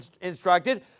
instructed